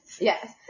yes